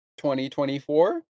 2024